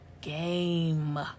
game